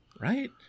Right